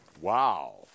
Wow